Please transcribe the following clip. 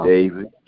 David